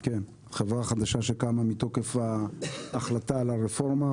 שקמה מתוקף ההחלטה על הרפורמה.